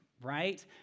right